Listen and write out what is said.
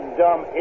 dumb